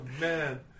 man